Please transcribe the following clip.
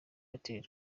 airtel